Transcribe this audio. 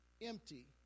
empty